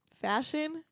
fashion